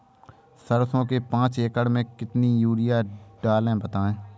सरसो के पाँच एकड़ में कितनी यूरिया डालें बताएं?